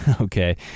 okay